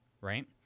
right